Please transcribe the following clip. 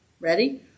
ready